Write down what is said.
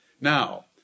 Now